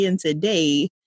today